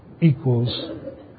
equals